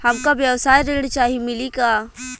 हमका व्यवसाय ऋण चाही मिली का?